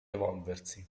evolversi